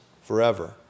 Forever